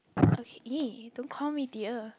okay (!ee!) don't call me dear